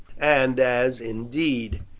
and as, indeed,